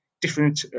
different